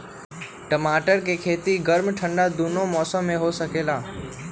टमाटर के खेती गर्म ठंडा दूनो मौसम में हो सकै छइ